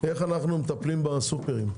איך אנו מטפלים בסופרים.